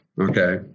Okay